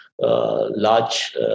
large